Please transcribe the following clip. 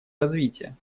развития